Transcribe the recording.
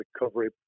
recovery